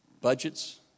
budgets